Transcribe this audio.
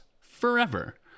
forever